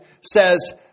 says